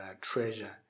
treasure